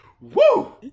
woo